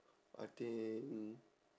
I think